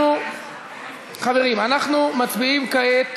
חברים, אנחנו מצביעים כעת